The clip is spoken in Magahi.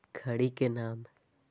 खड़ी के नाम?